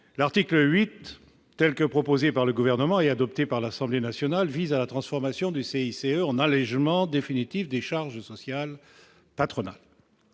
L'article 8, tel que présenté par le Gouvernement et adopté par l'Assemblée nationale, vise à la transformation du CICE en un allégement définitif de charges sociales patronales.